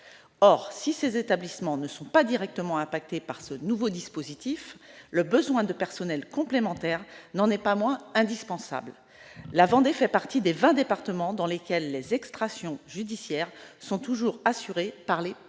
Or si ces établissements ne sont pas directement concernés par le nouveau dispositif, le besoin de personnel complémentaire n'en est pas moins indispensable. La Vendée fait partie des 20 départements dans lesquels les extractions judiciaires sont toujours assurées par les